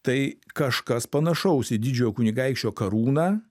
tai kažkas panašaus į didžiojo kunigaikščio karūną